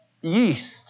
Yeast